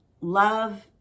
love